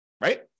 Right